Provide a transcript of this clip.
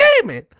gaming